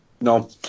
No